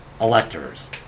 electors